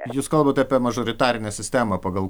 jūs kalbate apie mažoritarinę sistemą pagal